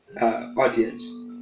audience